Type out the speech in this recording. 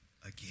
again